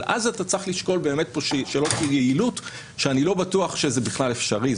אבל אז אתה צריך לשקול באמת יעילות שאני לא בטוח שזה בכלל אפשרי.